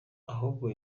ahubwo